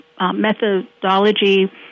methodology